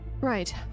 Right